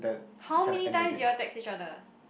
how many times did you all text each other